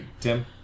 Tim